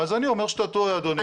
אז אני אומר שאתה טועה, אדוני.